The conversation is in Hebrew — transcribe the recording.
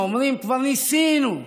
האומרים: כבר ניסינו,